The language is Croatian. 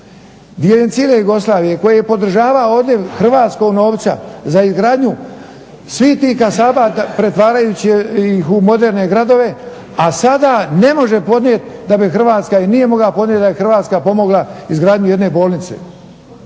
diljem cijele Jugoslavije, koji je podržavao ovdje hrvatskog novca za izgradnju svih tih kasaba pretvarajući ih u moderne gradove, a sada ne može da bi Hrvatska i nije mogla podnijeti da je Hrvatska pomogla izgradnji jedne bolnice.